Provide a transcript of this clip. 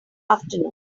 afternoon